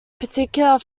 particular